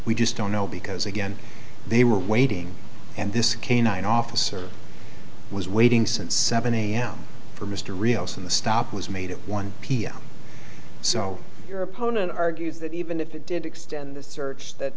we just don't know because again they were waiting and this canine officer was waiting since seven am for mr rios in the stop was made at one pm so your opponent argues that even if it did extend the search that